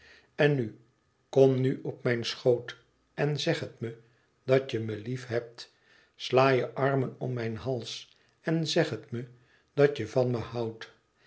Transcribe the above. en nu kom nu op mijn schoot en zeg het me dat je me lief hebt sla je armen om mijn hals en zeg het me dat je van me houdt